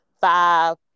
five